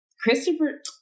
Christopher